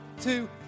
two